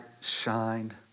shined